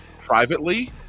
privately